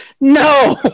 No